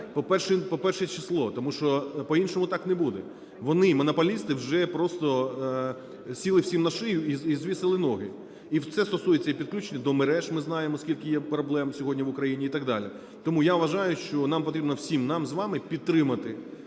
по перше число. Тому що по-іншому так не буде. Вони, монополісти, вже просто сіли всім на шию і звісили ноги. І це стосується і підключення до мереж, ми знаємо, скільки є проблем сьогодні в Україні і так далі. Тому я вважаю, що нам потрібно, всім нам з вами підтримати